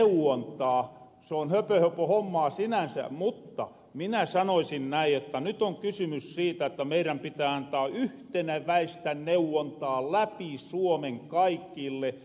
se on höpöhöpöhommaa sinänsä mutta minä sanoisin näin että nyt on kysymys siitä että meirän pitää antaa yhteneväistä neuvontaa läpi suomen kaikille